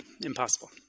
impossible